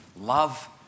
love